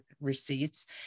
receipts